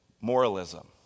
moralism